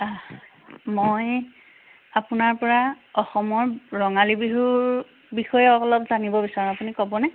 আহ মই আপোনাৰ পৰা অসমৰ ৰঙালী বিহুৰ বিষয়ে অলপ জানিব বিচাৰোঁ আপুনি ক'বনে